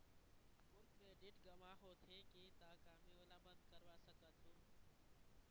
मोर credit गंवा होथे गे ता का मैं ओला बंद करवा सकथों?